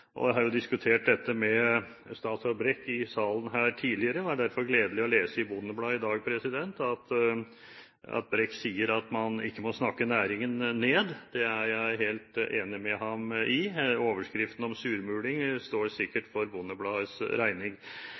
Jeg har jo diskutert dette med statsråd Brekk i salen her tidligere, og det var derfor gledelig å lese i Bondebladet at Brekk sier at man ikke må snakke næringen ned. Det er jeg helt enig med ham i. Overskriften om surmuling står sikkert for Bondebladets regning.